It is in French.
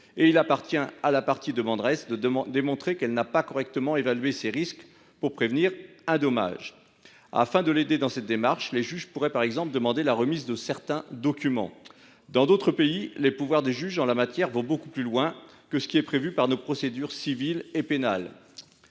et il appartient à la partie demanderesse de démontrer que l’entreprise n’a pas correctement évalué les risques, donc qu’elle a manqué à prévenir un dommage. Afin de l’aider dans cette démarche, les juges pourraient, par exemple, demander la remise de certains documents. Dans d’autres pays, les pouvoirs des juges en la matière vont beaucoup plus loin que ce qui est prévu par nos procédures civiles et pénales.